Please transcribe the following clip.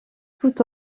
tout